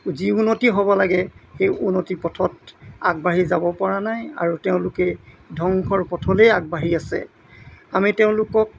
যি উন্নতি হ'ব লাগে সেই উন্নতি পথত আগবাঢ়ি যাব পৰা নাই আৰু তেওঁলোকে ধ্বংসৰ পথলেই আগবাঢ়ি আছে আমি তেওঁলোকক